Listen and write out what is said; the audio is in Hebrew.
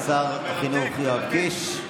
שר החינוך יואב קיש.